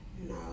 No